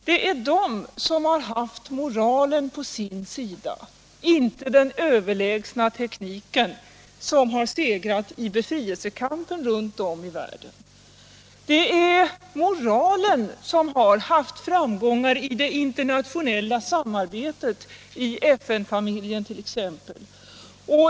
Det är de som haft moralen på sin sida, och inte den överlägsna tekniken, som har segrat i befrielsekampen runt om i världen. Det är moralen som har haft framgångar i det internationella samarbetet, i FN-familjen t.ex.